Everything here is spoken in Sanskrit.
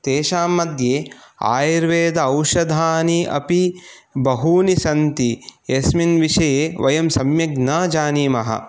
तेषां मध्ये आयुर्वेद औषधानि अपि बहूनि सन्ति यस्मिन् विषये वयं सम्यक् न जानीमः